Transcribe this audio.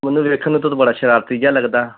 ਮੈਨੂੰ ਤਾਂ ਵੇਖਣ ਨੂੰ ਤਾਂ ਤੂੰ ਬੜੀ ਸ਼ਰਾਰਤੀ ਜਿਹਾ ਲੱਗਦਾ